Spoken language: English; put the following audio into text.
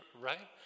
Right